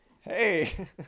Hey